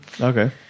Okay